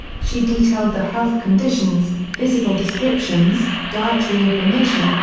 she detailed the health conditions, physical descriptions, dietary information,